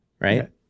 right